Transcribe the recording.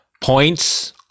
points